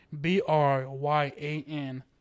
B-R-Y-A-N